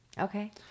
Okay